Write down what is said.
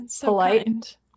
polite